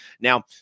Now